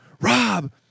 Rob